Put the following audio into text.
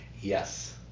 yes